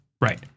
right